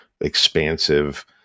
expansive